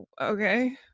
okay